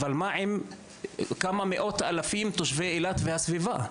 אבל מה עם כמה מאות אלפים תושבי אילת והסביבה,